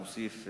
מוסיף,